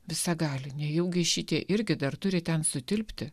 visagali nejaugi šitie irgi dar turi ten sutilpti